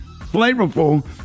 flavorful